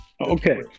Okay